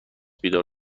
بیدار